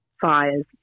fires